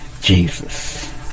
Jesus